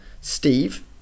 Steve